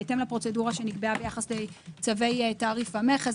בהתאם לפרוצדורה שנקבעה ביחס לצווי תעריף המכס,